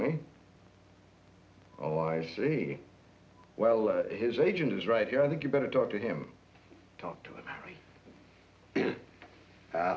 me oh i see well if his agent is right here i think you better talk to him talk to him